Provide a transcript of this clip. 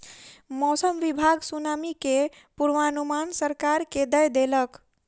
मौसम विभाग सुनामी के पूर्वानुमान सरकार के दय देलक